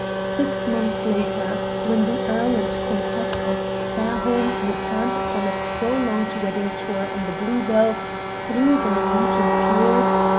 six months later, when the earl and countess of fairholme returned from a prolonged wedding tour on the blue-bell through the norwegian fiords,